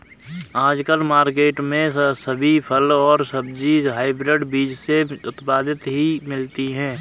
आजकल मार्केट में सभी फल और सब्जी हायब्रिड बीज से उत्पादित ही मिलती है